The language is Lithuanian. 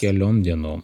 keliom dienom